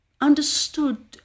understood